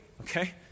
okay